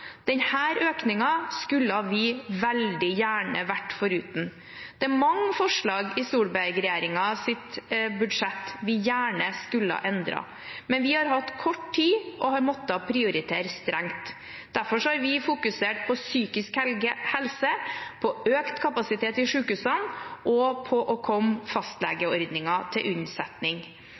skulle vi veldig gjerne vært foruten. Det er mange forslag i Solberg-regjeringens budsjett vi gjerne skulle endret, men vi har hatt kort tid og har måttet prioritere strengt. Derfor har vi fokusert på psykisk helse, på økt kapasitet i sykehusene og på å komme fastlegeordningen til unnsetning.